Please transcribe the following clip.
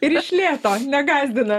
ir iš lėto negąsdinant